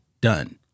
done